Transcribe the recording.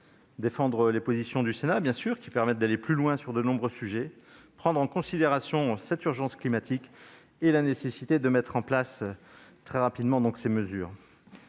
défendre les positions du Sénat, bien sûr, qui permettent d'aller plus loin sur de nombreux sujets, prendre en considération cette urgence climatique et la nécessité de mettre en oeuvre très rapidement les mesures